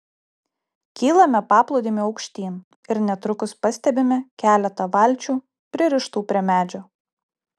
kylame paplūdimiu aukštyn ir netrukus pastebime keletą valčių pririštų prie medžio